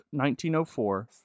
1904